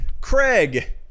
Craig